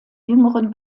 jüngeren